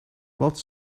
wat